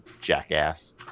jackass